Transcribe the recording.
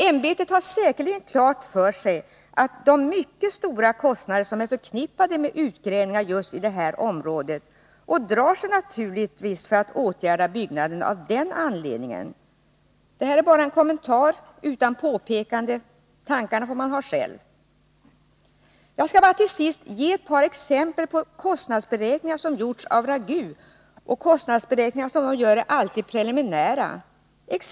Ämbetet har säkerligen klart för sig vilka mycket stora kostnader som är förknippade med utgrävningar i detta område och drar sig naturligtvis av den anledningen för att åtgärda byggnaderna. Detta är bara en kommentar utan påpekande. Tankarna får man ha själv. Jag skall bara till sist ge ett par exempel på kostnadsberäkningar som gjorts av RAGU. Dessa kostnadsberäkningar är alltid preliminära.